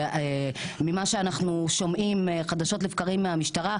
וממה שאנחנו שומעים חדשות לבקרים מהמשטרה,